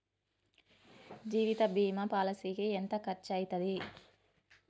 జీవిత బీమా పాలసీకి ఎంత ఖర్చయితది?